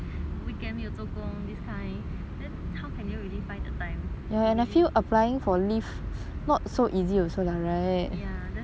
then how can you really find the time to really ya that's why so everything is 趁